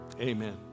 Amen